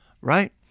right